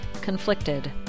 Conflicted